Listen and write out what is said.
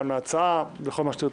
גם להצעה ולכל מה שתרצי.